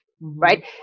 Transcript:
right